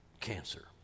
cancer